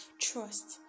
trust